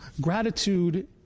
Gratitude